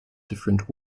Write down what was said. different